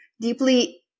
deeply